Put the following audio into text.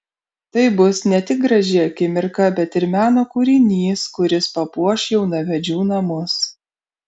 tai bus ne tik graži akimirka bet ir meno kūrinys kuris papuoš jaunavedžių namus